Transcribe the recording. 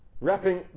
wrapping